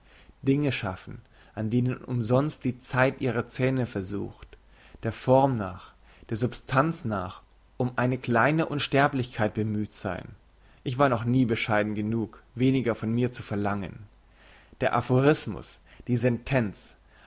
dinge schaffen an denen umsonst die zeit ihre zähne versucht der form nach der substanz nach um eine kleine unsterblichkeit bemüht sein ich war noch nie bescheiden genug weniger von mir zu verlangen der aphorismus die sentenz